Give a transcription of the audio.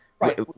right